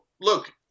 look